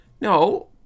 No